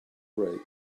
break